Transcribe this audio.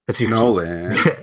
Nolan